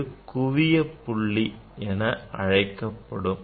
அது குவியப் புள்ளி என அழைக்கப்படும்